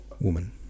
woman